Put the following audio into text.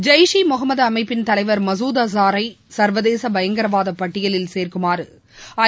ஜெய்ஷ் இ முகமது அமைப்பின் தலைவர் மகுத் ஆசாரை சர்வதேச பயங்கரவாத பட்டியலில் சேர்க்குமாறு ஐ